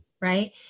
right